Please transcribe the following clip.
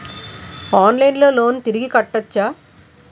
ఆన్లైన్లో లోన్ తిరిగి కట్టోచ్చా?